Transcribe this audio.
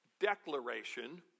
declaration